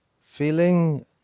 feeling